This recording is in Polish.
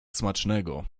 smacznego